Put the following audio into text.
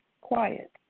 quiet